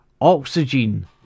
Oxygen